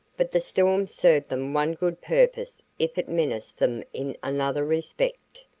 but the storm served them one good purpose if it menaced them in another respect.